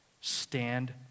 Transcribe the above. Stand